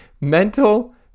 Mental